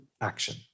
action